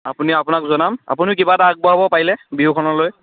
আপুনি আপোনাক জনাম আপুনিও কিবা এটা আগবঢ়াব পাৰিলে বিহুখনলৈ